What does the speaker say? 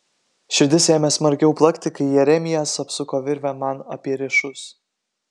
širdis ėmė smarkiau plakti kai jeremijas apsuko virvę man apie riešus